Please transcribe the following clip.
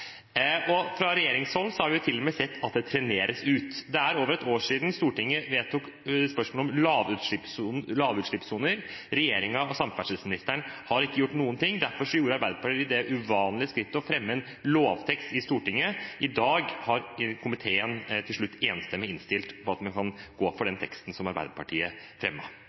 fra opposisjonen. Fra regjeringshold har vi til og med sett at det treneres: Det er over et år siden Stortinget gjorde vedtak om lavutslippssoner. Regjeringen og samferdselsministeren har ikke gjort noen ting, og derfor gikk Arbeiderpartiet til det uvanlige skritt å fremme en lovtekst i Stortinget. I dag har komiteen til slutt enstemmig innstilt på at en kan gå inn for den teksten som Arbeiderpartiet